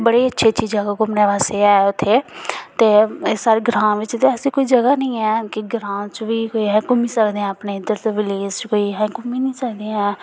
बड़ी अच्छी अच्छी जगह् घूमने बास्तै ऐ उ'त्थें ते साढ़े ग्रांऽ बिच ते ऐसी कोई जगह् निं ऐ कि ग्रांऽ च बी कोई घूमी सकदे ऐं अपने इद्धर दे विलेज़ च अस घूमी निं सकदे ऐं